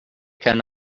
can